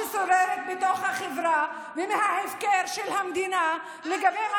אני לא מופתעת מהאלימות ששוררת בתוך החברה ומההפקרה של המדינה לגבי מה